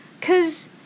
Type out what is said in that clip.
cause